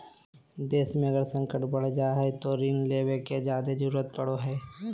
देश मे अगर संकट बढ़ जा हय तो ऋण लेवे के जादे जरूरत पड़ो हय